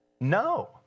No